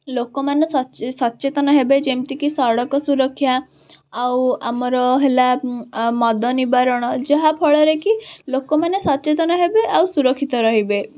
ଲୋକମାନେ ସଚେତନ ହେବେ ଯେମିତିକି ସଡ଼କ ସୁରକ୍ଷା ଆଉ ଆମର ହେଲା ମଦ ନିବାରଣ ଯାହା ଫଳରେକି ଲୋକମାନେ ସଚେତନ ହେବେ ଆଉ ସୁରକ୍ଷିତ ରହିବେ